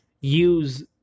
use